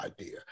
idea